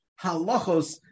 halachos